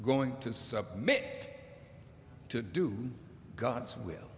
going to submit to do god's will